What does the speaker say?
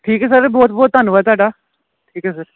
ਠੀਕ ਹੈ ਸਰ ਬਹੁਤ ਬਹੁਤ ਧੰਨਵਾਦ ਤੁਹਾਡਾ ਠੀਕ ਹੈ ਸਰ